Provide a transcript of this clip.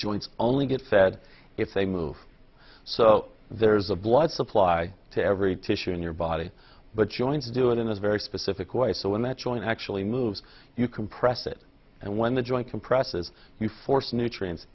joints only get fed if they move so there's a blood supply to every tissue in your body but joints do it in a very specific way so when that joint actually moves you compress it and when the joint compresses you force nutrients